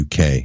UK